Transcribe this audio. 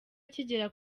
akigera